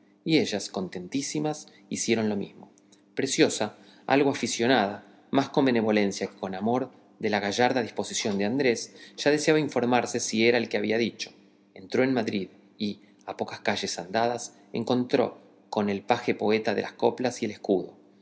ellas contentísimas hicieron lo mismo preciosa algo aficionada más con benevolencia que con amor de la gallarda disposición de andrés ya deseaba informarse si era el que había dicho entró en madrid y a pocas calles andadas encontró con el paje poeta de las coplas y el escudo